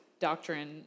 doctrine